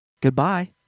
Goodbye